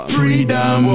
Freedom